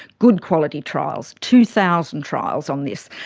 good quality trials, two thousand trials on this.